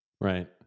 Right